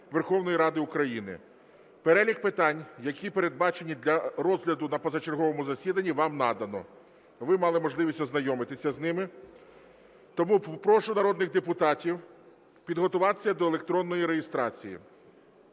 Верховної Ради України. Перелік питань, які передбачені для розгляду на позачерговому засіданні, вам надано, ви мали можливість ознайомитися з ними. Тому прошу народних депутатів підготуватися до електронної реєстрації.